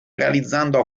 realizzando